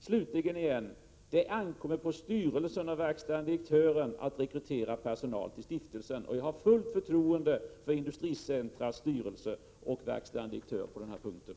Slutligen: Det ankommer på styrelsen och verkställande direktören att rekrytera personal till stiftelsen, och jag har fullt förtroende för Industricentrums styrelse och verkställande direktör på den här punkten.